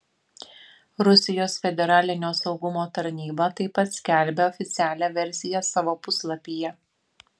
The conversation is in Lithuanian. rusijos federalinio saugumo tarnyba taip pat skelbia oficialią versiją savo puslapyje